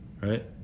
right